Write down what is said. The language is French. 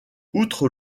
outre